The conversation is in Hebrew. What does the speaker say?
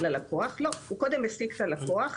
הוא קודם משיג את הלקוח,